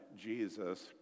Jesus